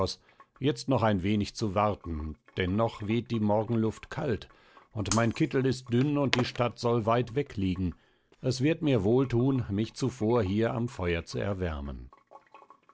jetzt noch ein wenig zu warten denn noch weht die morgenluft kalt und mein kittel ist dünn und die stadt soll weit weg liegen es wird mir wohl thun mich zuvor hier am feuer zu erwärmen